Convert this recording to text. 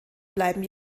bleiben